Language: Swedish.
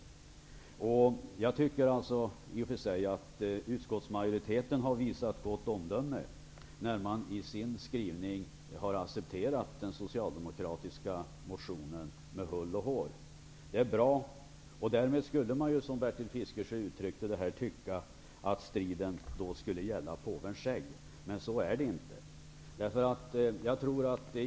Jag tycker att utskottsmajoriteten visat gott omdöme när den i sin skrivning har accepterat den socialdemokratiska motionen med hull och hår. Det är bra. Därmed kunde man ju, som Bertil Fiskesjö uttryckte det, tycka att striden gäller påvens skägg. Men så är det inte.